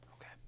Okay